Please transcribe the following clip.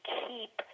keep